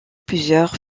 plusieurs